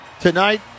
tonight